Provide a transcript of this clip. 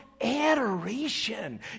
adoration